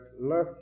Left